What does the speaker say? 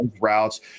routes